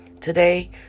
today